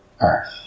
earth